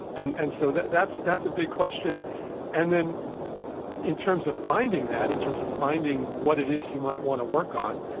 and and so that's that's a big question and then in terms of finding that, in terms of finding what it is you might want to work on,